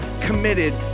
committed